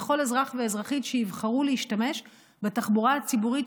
לכל אזרח ואזרחית שיבחרו להשתמש בתחבורה הציבורית,